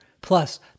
plus